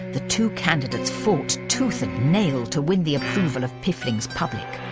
the two candidates fought tooth and nail to win the approval of piffling's public,